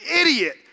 idiot